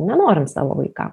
nenorim savo vaikam